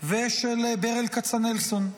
ושל ברל כצנלסון,